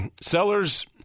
sellers